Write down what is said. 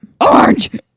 orange